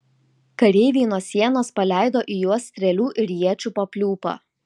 kareiviai nuo sienos paleido į juos strėlių ir iečių papliūpą